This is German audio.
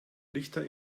richter